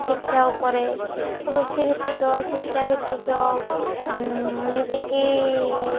ଶିକ୍ଷା ଉପରେ କୃଷି ଭିତ୍ତିକ ଶିକ୍ଷା ଭିତ୍ତିକ ଏମିତିକି